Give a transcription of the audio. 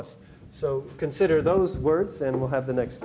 us so consider those words then we'll have the next